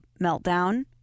meltdown